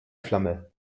flamme